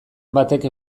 batek